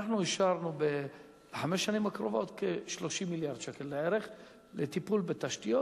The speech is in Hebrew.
אנחנו אישרנו לחמש השנים הקרובות כ-30 מיליארד שקל לטיפול בתשתיות,